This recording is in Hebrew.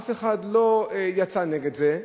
אף אחד לא יצא נגד זה,